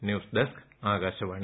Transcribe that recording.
news desk Akashvani